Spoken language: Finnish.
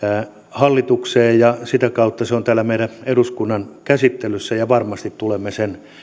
hallitukseen ja sitä kautta se on täällä meidän eduskunnan käsittelyssä ja varmasti tulemme sen